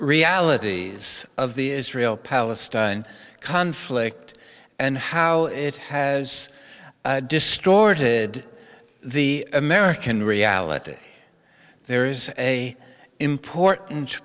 realities of the israel palestine conflict and how it has distorted the american reality there is a important